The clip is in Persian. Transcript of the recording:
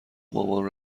مامان